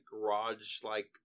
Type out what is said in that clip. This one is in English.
garage-like